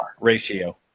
ratio